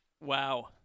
Wow